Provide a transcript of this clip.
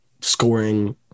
scoring